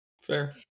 fair